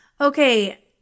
Okay